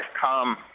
come